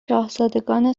شاهزادگان